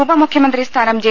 ഉപമുഖ്യമന്ത്രി സ്ഥാനം ജെ